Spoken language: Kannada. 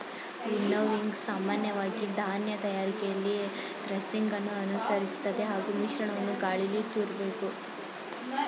ವಿನ್ನೋವಿಂಗ್ ಸಾಮಾನ್ಯವಾಗಿ ಧಾನ್ಯ ತಯಾರಿಕೆಯಲ್ಲಿ ಥ್ರೆಸಿಂಗನ್ನು ಅನುಸರಿಸ್ತದೆ ಹಾಗೂ ಮಿಶ್ರಣವನ್ನು ಗಾಳೀಲಿ ತೂರ್ಬೇಕು